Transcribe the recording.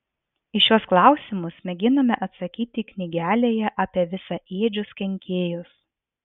į šiuos klausimus mėginame atsakyti knygelėje apie visaėdžius kenkėjus